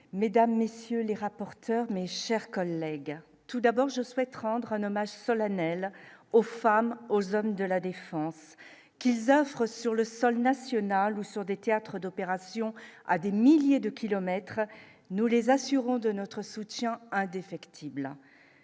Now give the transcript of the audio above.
mesdames messieurs les rapporteurs, mes chers collègues, tout d'abord, je souhaite rendre un hommage solennel aux femmes, aux hommes de la défense qu'ils offrent sur le sol national ou sur des théâtres d'opération à des milliers de kilomètres, nous les assurons de notre soutien indéfectible